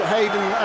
Hayden